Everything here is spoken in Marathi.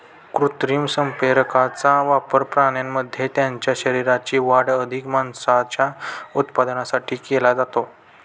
कृत्रिम संप्रेरकांचा वापर प्राण्यांमध्ये त्यांच्या शरीराची वाढ अधिक मांसाच्या उत्पादनासाठी केला जातो